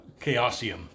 Chaosium